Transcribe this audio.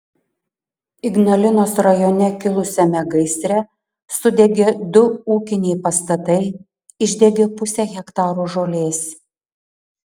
ignalinos rajone kilusiame gaisre sudegė du ūkiniai pastatai išdegė pusė hektaro žolės